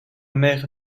mer